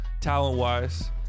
talent-wise